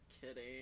kidding